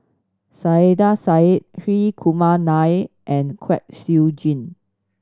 Saiedah Said Hri Kumar Nair and Kwek Siew Jin